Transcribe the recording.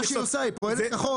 זה מה שהיא עושה, היא פועלת כחוק.